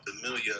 familiar